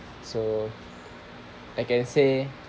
so I can say